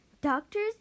Doctors